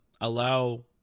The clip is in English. allow